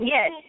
Yes